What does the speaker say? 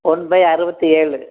one by அறுபத்தி ஏழு